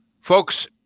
Folks